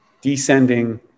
descending